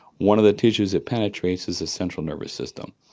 one of the tissues it penetrates is the central nervous system.